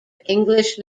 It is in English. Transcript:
english